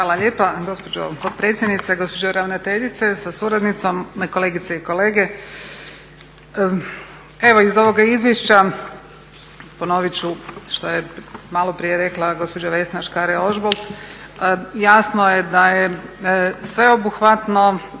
Hvala lijepa gospođo potpredsjednice. Gospođo ravnateljice sa suradnicom, kolegice i kolege. Evo iz ovoga izvješća ponovit ću što je maloprije rekla gospođa Vesna Škare-Ožbolt, jasno je da je sveobuhvatno,